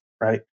right